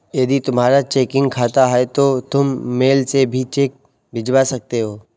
यदि तुम्हारा चेकिंग खाता है तो तुम मेल से भी चेक भिजवा सकते हो